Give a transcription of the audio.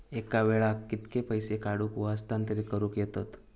एका वेळाक कित्के पैसे काढूक व हस्तांतरित करूक येतत?